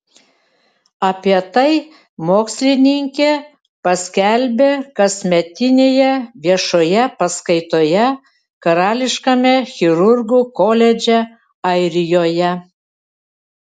apie tai mokslininkė paskelbė kasmetinėje viešoje paskaitoje karališkame chirurgų koledže airijoje